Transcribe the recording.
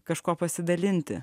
kažkuo pasidalinti